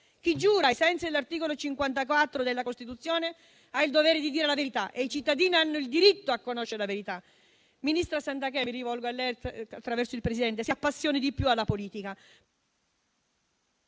Chi giura ai sensi dell'articolo 54 della Costituzione ha il dovere di dire la verità e i cittadini hanno il diritto di conoscerla. Ministra Garnero Santanché - mi rivolgo a lei attraverso il Presidente - si appassioni di più alla politica,